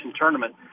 tournament